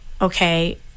okay